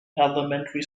elementary